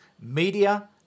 Media